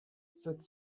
sept